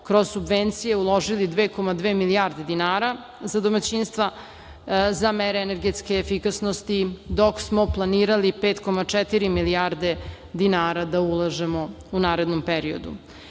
kroz subvencije uložili 2,2 milijarde dinara za domaćinstva za energetske efikasnosti dok smo planirali 5,4 milijarde dinara da ulažemo u narednom periodu.